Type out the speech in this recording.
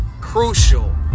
crucial